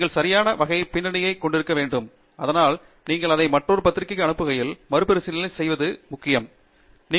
நீங்கள் சரியான வகை பின்னணியை கொடுக்க வேண்டும் அதனால் நீங்கள் அதை மற்றொரு பத்திரிகைக்கு அனுப்புகையில் மறுபரிசீலனை அதே தொட்டியில் இல்லை